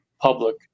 public